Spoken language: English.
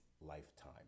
lifetime